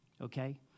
okay